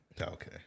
Okay